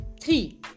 three